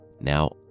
Now